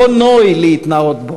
לא נוי להתנאות בו,